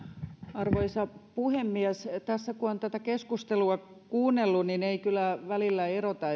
arvoisa puhemies tässä kun on tätä keskustelua kuunnellut niin ei kyllä välillä erota